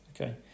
okay